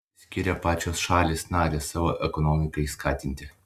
skiria pačios šalys narės savo ekonomikai skatinti